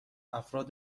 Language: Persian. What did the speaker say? افراد